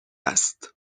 است